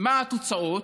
מה התוצאות?